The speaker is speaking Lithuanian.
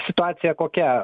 situacija kokia